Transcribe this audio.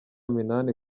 minani